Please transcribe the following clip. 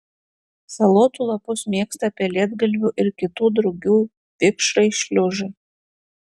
salotų lapus mėgsta pelėdgalvių ir kitų drugių vikšrai šliužai